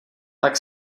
tak